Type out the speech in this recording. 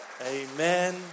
Amen